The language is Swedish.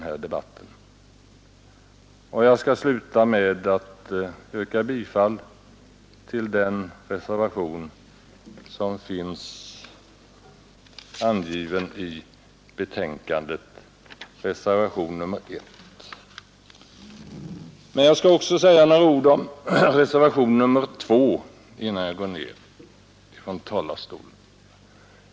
Jag yrkar avslutningsvis bifall till reservationen 1. Men jag skall också säga några ord om reservationen 2 innan jag går ner från talarstolen.